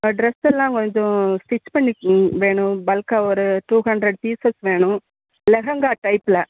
ட்ரெஸ்ஸெல்லாம் கொஞ்சம் ஸ்டிச் பண்ணி ம் வேணும் பல்க்காக ஒரு டூ ஹண்ரட் பீசஸ் வேணும் லெஹங்கா டைப்பில்